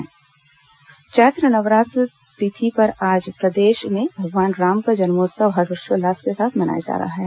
रामनवमीं नवरात्र चैत्र नवरात्र तिथि पर आज प्रदेश में भगवान राम का जन्मोत्सव हर्षोल्लास के साथ मनाया जा रहा है